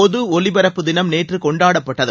பொது ஒலிபரப்பு தினம் நேற்று கொண்டாடப்பட்டது